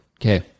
Okay